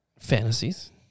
Fantasies